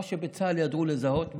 מה שבצה"ל ידעו לזהות בי,